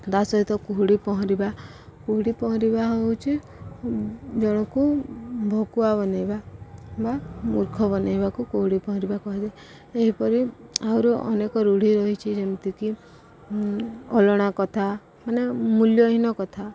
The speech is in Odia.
ତା'ସହିତ କୁହୁଡ଼ି ପହଁରିବା କୁହୁଡ଼ି ପହଁରିବା ହେଉଛି ଜଣକୁ ଭକୁୁଆ ବନାଇବା ବା ମୂର୍ଖ ବନାଇବାକୁ କୁହୁଡ଼ି ପହଁରିବା କୁହାଯାଏ ଏହିପରି ଆହୁରି ଅନେକ ରୂଢ଼ି ରହିଛି ଯେମିତିକି ଅଲଣା କଥା ମାନେ ମୂଲ୍ୟହୀନ କଥା